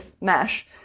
mesh